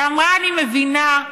שאמרה: אני מבינה,